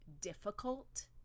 difficult